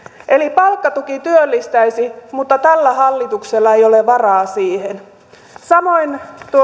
eli palkkatuki työllistäisi mutta tällä hallituksella ei ole varaa siihen samoin